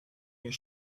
your